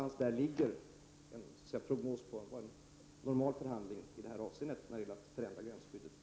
Det är alltså prognosen för en normal förhandling när det gäller att förändra gränsskyddet.